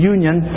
Union